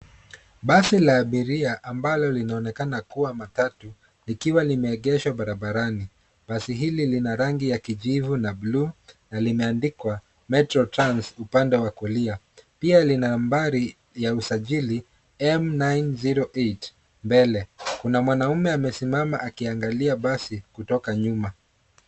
Basi la abiria ambalo linaonekana kuwa matatu likiwa limeegeshwa barabarani. Basi hili lina rangi ya kijivu na blue na limeandikwa MetroTrans upande wa kulia. Pia lina nambari ya usajili M908. Mbele kuna mwanamume amesimama akiangalia basi kutoka nyuma.